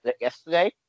yesterday